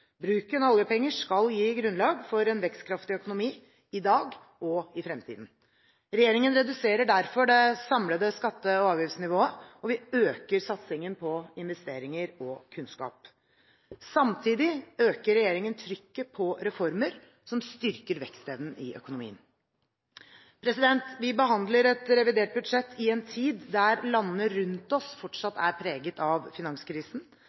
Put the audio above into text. Bruken av oljepenger skal gi grunnlag for en vekstkraftig økonomi i dag og i fremtiden. Regjeringen reduserer derfor det samlede skatte- og avgiftsnivået, og vi øker satsingen på investeringer og kunnskap. Samtidig øker regjeringen trykket på reformer som styrker vekstevnen i økonomien. Vi behandler et revidert budsjett i en tid der landene rundt oss fortsatt er preget av finanskrisen,